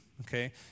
Okay